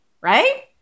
right